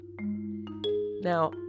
Now